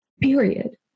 period